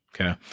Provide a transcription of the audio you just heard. okay